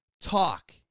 talk